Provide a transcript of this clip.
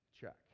check